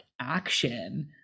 action